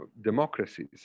democracies